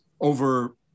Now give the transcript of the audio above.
over